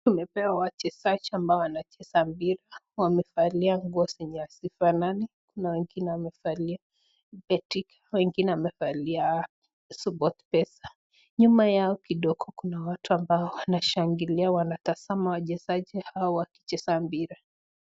Tumepewa wachezaji ambao wanacheza mpira, wamevalia nguo zenye hazifanani na wengine wamevalia Betika wengine wamevalia Sportpesa nyuma yao kidogo kuna watu ambao wanashangilia wanatazama wachezaji hawa wakicheza mpira.